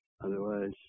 Otherwise